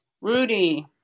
Rudy